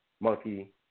monkey